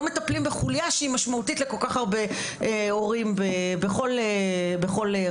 מטפלים בחוליה שהיא משמעותית לכל כך הרבה הורים בכל רשות,